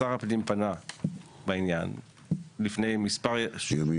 שר הפנים פנה בעניין לפני מספר ימים